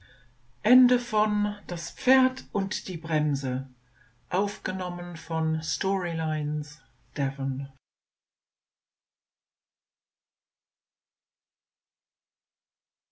das pferd und die